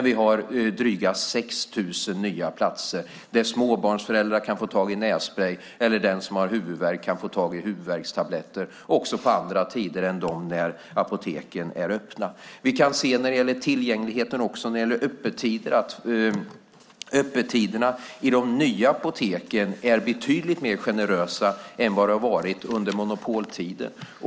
Vi har dryga 6 000 nya platser där småbarnsföräldrar kan få tag i nässprej eller den som har huvudvärk kan få tag i huvudvärkstabletter vid andra tider än dem när apoteken är öppna. Vi kan också se till tillgängligheten vad gäller öppettider. Öppettiderna i de nya apoteken är betydligt mer generösa än vad de varit under monopoltiden.